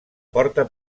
porta